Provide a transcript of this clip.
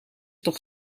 toch